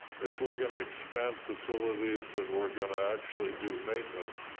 if we're gonna expand facilities and we're gonna actually do maintenance,